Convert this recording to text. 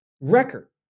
record